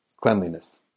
cleanliness